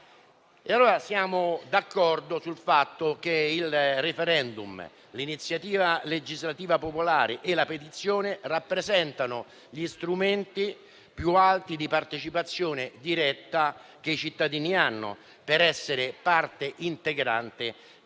Siamo d'accordo sul fatto che il *referendum*, l'iniziativa legislativa popolare e la petizione rappresentano gli strumenti più alti di partecipazione diretta che i cittadini hanno per essere parte integrante del sistema